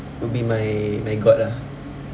would be my my god lah